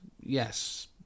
Yes